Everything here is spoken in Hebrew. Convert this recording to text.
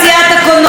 אתם לא מאמינים,